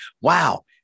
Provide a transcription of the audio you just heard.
wow